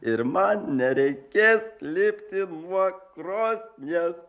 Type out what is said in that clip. ir man nereikės lipti nuo krosnies